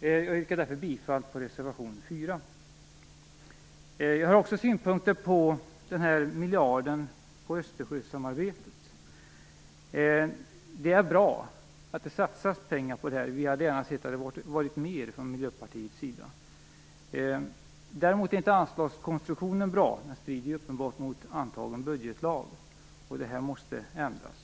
Jag yrkar därför bifall till reservation 4. Jag har också synpunkter på den här miljarden för Östersjösamarbetet. Det är bra att det satsas pengar på detta. Vi hade från Miljöpartiets sida gärna sett att det hade varit mer. Däremot är inte anslagskonstruktionen bra. Den strider uppenbarligen mot en antagen budgetlag, och det måste bli en ändring.